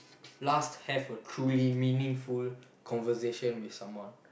last have a truly meaningful conversation with someone